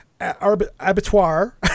abattoir